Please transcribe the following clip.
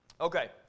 Okay